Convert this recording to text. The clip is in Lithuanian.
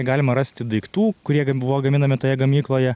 galima rasti daiktų kurie buvo gaminami toje gamykloje